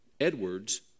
Edwards